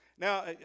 Now